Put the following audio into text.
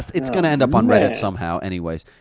it's gonna end up on reddit somehow anyways.